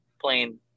playing